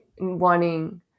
wanting